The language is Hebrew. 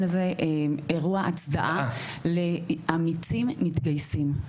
לזה אירוע הצדעה לאמיצים מתגייסים,